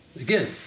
Again